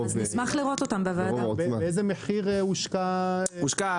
איזה מחיר הושקע?